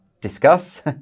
discuss